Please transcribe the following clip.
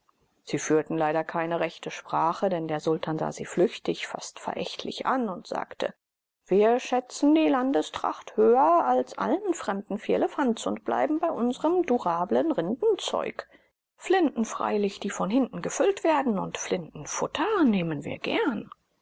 sie führten leider keine rechte sprache denn der sultan sah sie flüchtig fast verächtlich an und sagte wir schätzen die landestracht höher als allen fremden firlefanz und bleiben bei unsrem durablen rindenzeug flinten freilich die von hinten gefüllt werden und flintenfutter nehmen wir gern